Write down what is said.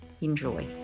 enjoy